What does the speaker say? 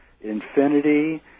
Infinity